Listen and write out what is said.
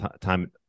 time